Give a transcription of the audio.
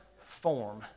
form